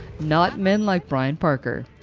not men like brian parker.